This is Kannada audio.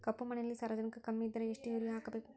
ಕಪ್ಪು ಮಣ್ಣಿನಲ್ಲಿ ಸಾರಜನಕ ಕಮ್ಮಿ ಇದ್ದರೆ ಎಷ್ಟು ಯೂರಿಯಾ ಹಾಕಬೇಕು?